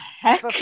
heck